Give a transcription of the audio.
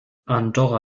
andorra